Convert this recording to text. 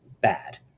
bad